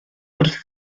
wrth